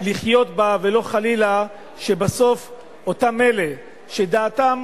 לחיות בה, ולא, חלילה, שבסוף אותם אלה שדעתם